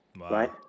right